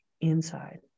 inside